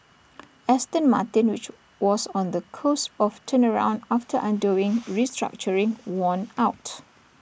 Aston Martin which was on the cusp of turnaround after undergoing restructuring won out